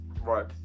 Right